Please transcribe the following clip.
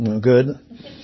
good